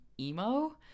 emo